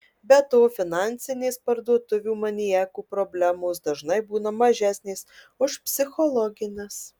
be to finansinės parduotuvių maniakų problemos dažnai būna mažesnės už psichologines